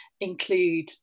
include